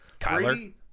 Kyler